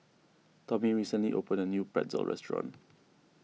Tommy recently opened a new Pretzel restaurant